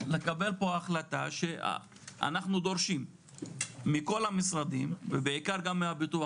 לקבל פה החלטה שאנחנו דורשים מכל המשרדים בעיקר גם מהביטוח